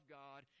god